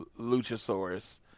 Luchasaurus